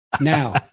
Now